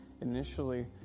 initially